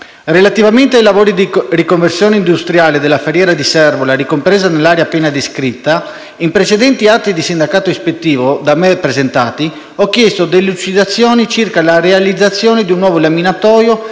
Relativamente ai lavori di riconversione industriale della Ferriera di Servola, ricompresa nell'area appena descritta, in precedenti atti di sindacato ispettivo da me presentati ho chiesto delucidazioni circa la realizzazione di un nuovo laminatoio